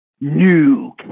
new